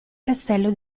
castello